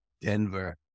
Denver